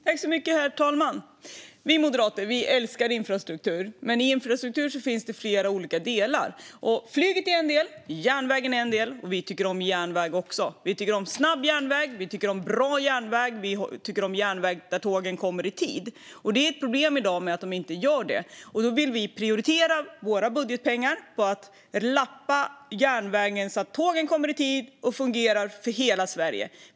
Herr talman! Vi moderater älskar infrastruktur, men infrastruktur består av flera olika delar. Flyget är en del och järnvägen är en del. Vi tycker även om järnväg. Vi tycker om snabb järnväg, vi tycker om bra järnväg och vi tycker om järnväg där tågen kommer i tid. I dag gör de inte det. Det är ett problem, och därför vill vi prioritera våra budgetpengar till att lappa järnvägen så att tågen kommer i tid och fungerar för hela Sverige.